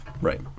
Right